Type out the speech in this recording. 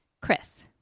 Chris